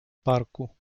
parku